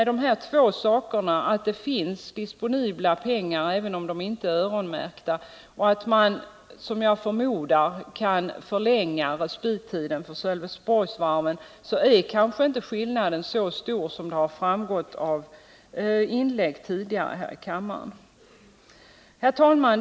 Det finns pengar disponibla, även om de inte är öronmärkta och jag anser att man därför kan förlänga respittiden för Sölvesborgsvarvet. Då är skillnaden kanske inte så stor mellan utskottsmajoritetens skrivning och reservationen som den kan förefalla av tidigare inlägg här i kammaren. Herr talman!